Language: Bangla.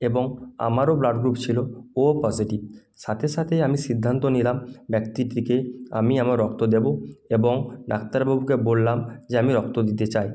এবং আমারও ব্লাড গ্রুপ ছিলো ও পজেটিভ সাথে সাথেই আমি সিদ্ধান্ত নিলাম ব্যক্তিটিকে আমি আমার রক্ত দেবো এবং ডাক্তার বাবুকে বললাম যে আমি রক্ত দিতে চাই